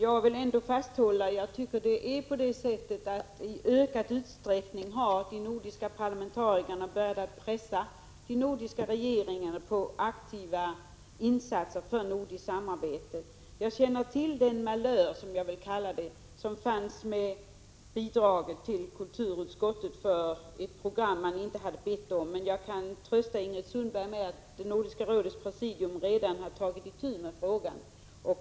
Herr talman! Jag vill ändå hålla fast vid min uppfattning att de nordiska parlamentarikerna i ökad utsträckning har börjat pressa de nordiska regeringarna till aktiva insatser för nordiskt samarbete. Jag känner till malören med bidraget till ett program till kulturutskottet som man inte bett om. Jag kan trösta Ingrid Sundberg med att Nordiska rådets presidium redan tagit itu med frågan.